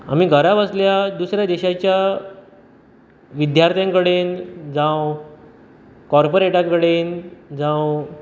आमी घरा बसल्या दुसऱ्या देशाच्या विद्यार्थ्यां कडेन जावं कॉर्परेटा कडेन जावं